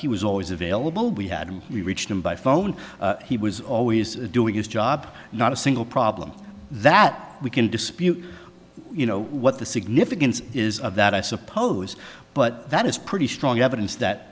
he was always available we had him we reached him by phone he was always doing his job not a single problem that we can dispute you know what the significance is of that i suppose but that is pretty strong evidence that